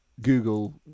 Google